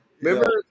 remember